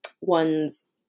one's